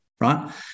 right